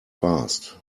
fast